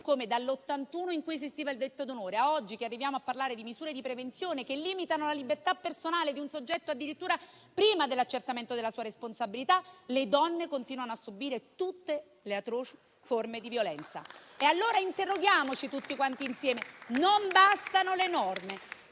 mai dal 1981, in cui esisteva il delitto d'onore, a oggi, che arriviamo a parlare di misure di prevenzione che limitano la libertà personale di un soggetto addirittura prima dell'accertamento della sua responsabilità, le donne continuano a subire tutte le atroci forme di violenza. Interroghiamoci, allora, tutti quanti insieme. Non bastano le norme;